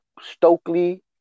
Stokely